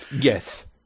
Yes